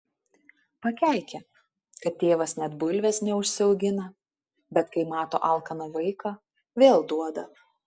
pakeikia kad tėvas net bulvės neužsiaugina bet kai mato alkaną vaiką vėl duoda